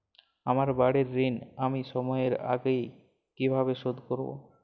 আমার বাড়ীর ঋণ আমি সময়ের আগেই কিভাবে শোধ করবো?